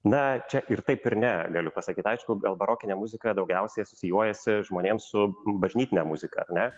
na čia ir taip ir ne galiu pasakyt aišku gal barokinė muzika daugiausiai asocijuojasi žmonėm su bažnytine muzika ar ne